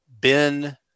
ben